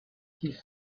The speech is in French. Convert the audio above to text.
s’ils